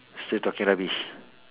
still talking rubbish